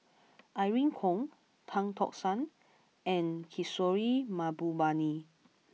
Irene Khong Tan Tock San and Kishore Mahbubani